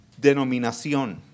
denominación